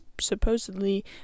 supposedly